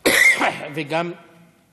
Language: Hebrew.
וגם